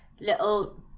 little